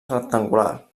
rectangular